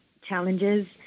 challenges